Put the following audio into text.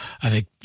avec